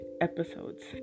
episodes